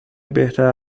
بهتر